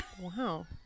Wow